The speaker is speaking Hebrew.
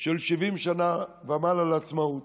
של 70 שנה ומעלה לעצמאות